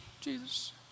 Jesus